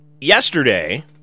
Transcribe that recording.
Yesterday